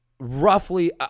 roughly